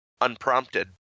unprompted